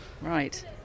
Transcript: right